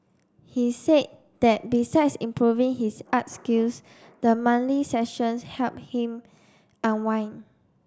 he said that besides improving his art skills the monthly sessions help him unwind